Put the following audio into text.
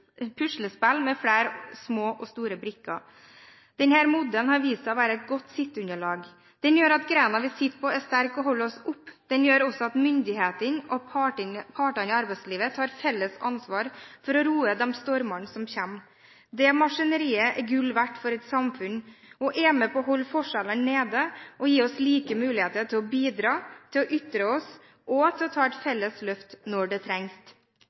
puslespill med flere små og store brikker. Denne modellen har vist seg å være et godt sitteunderlag. Den gjør at greina vi sitter på, er sterk og holder oss oppe. Den gjør også at myndighetene og partene i arbeidslivet tar felles ansvar for å roe stormene som kommer. Det maskineriet er gull verdt for et samfunn, og det er med på å holde forskjellene nede og gi oss like muligheter til å bidra, til å ytre oss og til å ta et felles løft når det trengs.